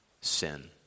sin